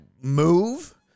move